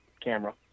camera